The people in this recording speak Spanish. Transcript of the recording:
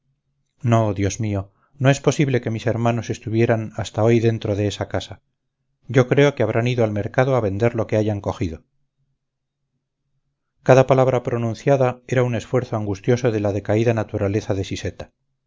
no dios mío no es posible que mis hermanos estuvieran hasta hoy dentro de esa casa yo creo que habrán ido al mercado a vender lo que hayan cogido cada palabra pronunciada era un esfuerzo angustioso de la decaída naturaleza de siseta